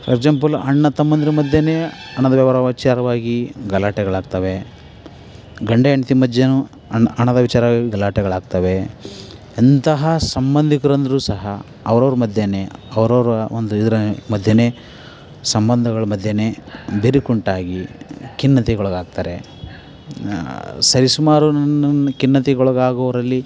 for example ಅಣ್ಣ ತಮ್ಮಂದಿರ ಮಧ್ಯನೆ ಹಣದ ವ್ಯವಹಾರ ವಿಚಾರವಾಗಿ ಗಲಾಟೆಗಳಾಗ್ತಾವೆ ಗಂಡ ಹೆಂಡ್ತಿ ಮಧ್ಯನು ಹಣದ ವಿಚಾರವಾಗಿ ಗಲಾಟೆಗಳಾಗ್ತಾವೆ ಎಂತಹ ಸಂಬಂಧಿಕರಂದರೂ ಸಹ ಅವ್ರವ್ರ ಮಧ್ಯನೇ ಅವರವ್ರ ಒಂದು ಇದರ ಮಧ್ಯನೆ ಸಂಬಂಧಗಳು ಮಧ್ಯನೆ ಬಿರುಕುಂಟಾಗಿ ಖಿನ್ನತೆಗೊಳಗಾಗ್ತಾರೆ ಸರಿ ಸುಮಾರು ಖಿನ್ನತೆಗೊಳಗಾಗೋರಲ್ಲಿ